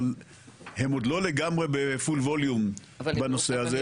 אבל הם עוד לא לגמרי בפול ווליום בנושא הזה.